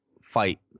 fight